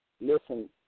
Listen